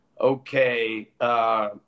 okay –